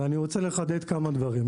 ואני רוצה לחדד כמה דברים.